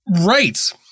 Right